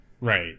Right